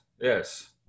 yes